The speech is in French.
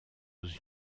aux